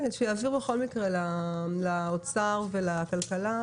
שיעביר בכל מקרה לאוצר ולכלכלה,